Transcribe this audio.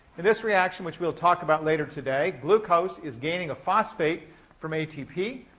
in this reaction, which we'll talk about later today, glucose is gaining a phosphate from atp.